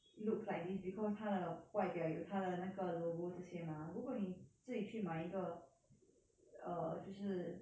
looks like this because 它的外表有它的那个 logo 这些 mah 如果你自己去买一个 err 就是